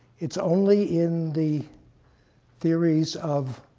it's only in the theories of